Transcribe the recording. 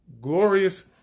glorious